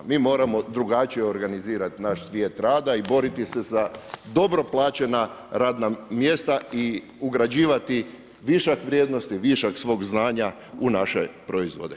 Mi moramo drugačije organizirati naš svijet rada i boriti se za dobro plaćena radna mjesta i ugrađivati višak vrijednosti, višak svog znanja u naše proizvode.